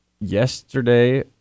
yesterday